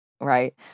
Right